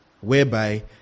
whereby